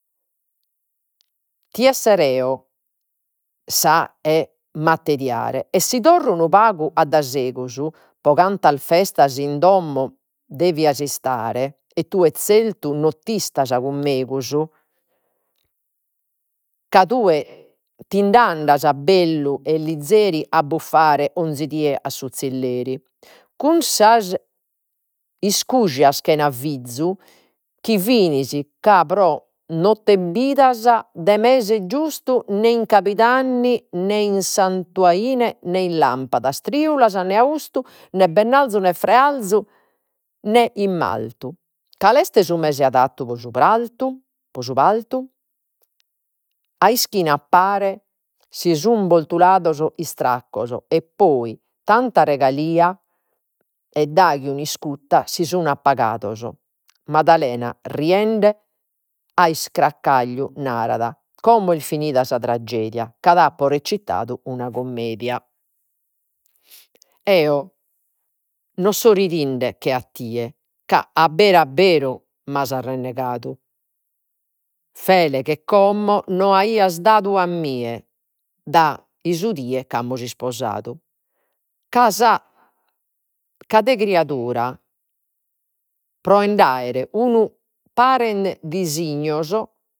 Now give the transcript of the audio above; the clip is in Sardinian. Dia essere eo sa 'e mi attediare e si torro unu pagu addaisegus, pro cantas festas in domo devias istare, e tue zertu no t'istas cun megus, ca tue tinde andas bellu e zilleri, a buffare 'onzi die a su zilleri. Cun iscujas chena fizu, chi finis, ca pro te no de mese giustu nè in cabidanni nè in nè in lampadas, triulas, né austu nè bennarzu, nè frearzu, nè in martu, cale est su mese adattu pro su partu, pro su partu? A ischina a pare si sun bortulados istraccos e poi de tanta e daghi un'iscutta si sun appagados, Madalena riende a iscaccagliu narat, como est finida sa tragedia ca ti apo recitadu una cumedia. Eo no so ridinde che a tie, ca abberu abberu m'as arrennegadu, fele che como no aias dadu a mie su die chi amus isposadu, ca sa ca de criadura pro e nd'aere unu dissignos